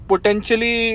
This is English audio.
potentially